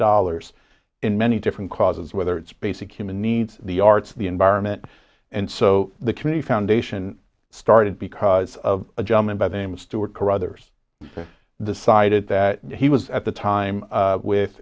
dollars in many different causes whether it's basic human needs the arts the environment and so the community foundation started because of a gentleman by the name of stuart carruthers the sided that he was at the time with